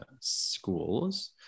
schools